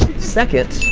second,